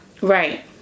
Right